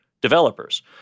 developers